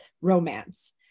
romance